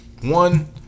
one